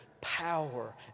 power